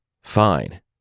Fine